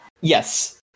Yes